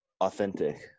authentic